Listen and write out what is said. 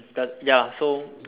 does ya so